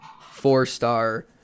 four-star